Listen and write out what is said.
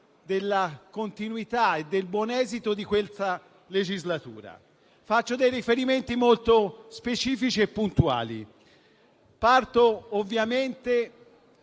della continuità e del buon esito di questa legislatura. Farò dei riferimenti molto specifici e puntuali, partendo ovviamente